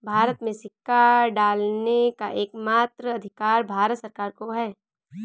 भारत में सिक्का ढालने का एकमात्र अधिकार भारत सरकार को है